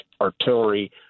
artillery